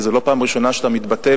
זאת לא הפעם הראשונה שאתה מתבטא,